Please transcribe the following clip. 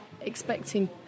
expecting